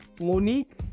Monique